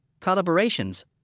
collaborations